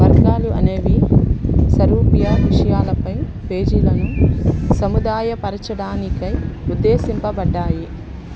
వర్గాలు అనేవి సారూప్య విషయాలపై పేజీలను సముదాయపరచడానికై ఉద్దేశింపబడ్డాయి